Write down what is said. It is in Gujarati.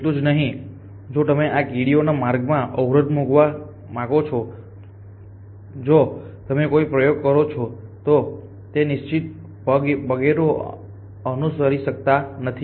એટલું જ નહીં જો તમે આ કીડીઓના માર્ગમાં અવરોધ મૂકવા જાઓ છો જો તમે કોઈ પ્રયોગ કરો છો તો તેઓ નિશ્ચિતરૂપે પગેરું અનુસરી શકતા નથી